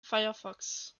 firefox